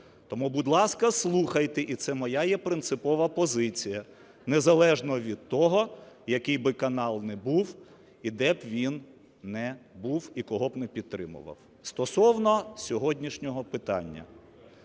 Тому, будь ласка, слухайте, і це моя є принципова позиція незалежно від того, який би канал не був і де б він не був, і кого б не підтримував. Стосовно сьогоднішнього питання.